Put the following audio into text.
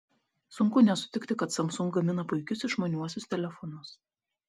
sunku nesutikti kad samsung gamina puikius išmaniuosius telefonus